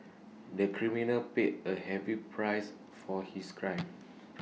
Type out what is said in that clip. the criminal paid A heavy price for his crime